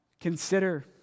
consider